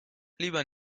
lieber